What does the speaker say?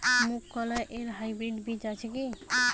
মুগকলাই এর হাইব্রিড বীজ আছে কি?